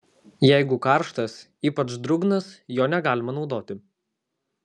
jeigu karštas ypač drungnas jo negalima naudoti